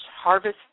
harvest